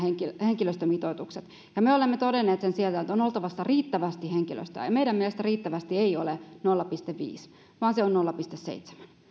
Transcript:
henkilöstömitoitukset ja me olemme todenneet sen siellä että on oltava riittävästi henkilöstöä ja meidän mielestämme riittävästi ei ole nolla pilkku viiden vaan se on nolla pilkku seitsemän